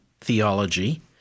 Theology